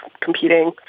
competing